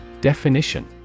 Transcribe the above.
Definition